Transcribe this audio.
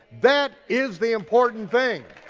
that is the important thing.